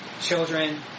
children